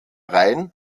reihen